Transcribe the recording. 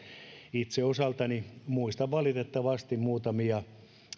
itse osaltani muistan valitettavasti muutamia